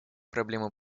проблему